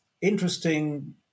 interesting